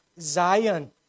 Zion